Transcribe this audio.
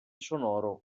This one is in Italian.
sonoro